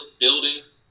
buildings